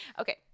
Okay